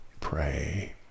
pray